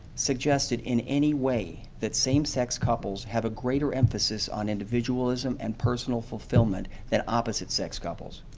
suggested in any way that same-sex couples have a greater emphasis on individualism and personal fulfillment than opposite-sex couples?